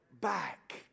back